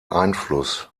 einfluss